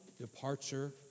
departure